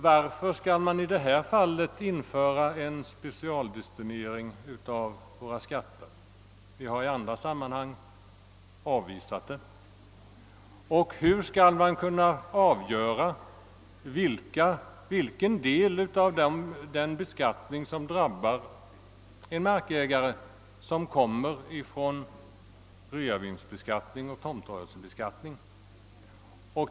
Varför skall man i detta fall införa en specialdestinering av våra skatter? Vi har i andra sammanhang avvisat en sådan. Och hur skall man kunna avgöra vilken del av den beskattning en markägare erlägger som kommer från realisationsvinstoch tomtrörelsebeskattning?